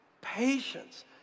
patience